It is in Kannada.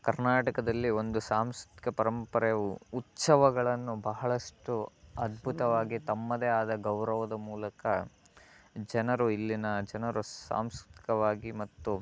ಕರ್ನಾಟಕದಲ್ಲಿ ಒಂದು ಸಾಂಸ್ಕೃತಿಕ ಪರಂಪರೆಯು ಉಚ್ಚವಗಳನ್ನು ಬಹಳಷ್ಟು ಅದ್ಬುತವಾಗಿ ತಮ್ಮದೇ ಆದ ಗೌರವದ ಮೂಲಕ ಜನರು ಇಲ್ಲಿನ ಜನರು ಸಾಂಸ್ಕೃತಿಕವಾಗಿ ಮತ್ತು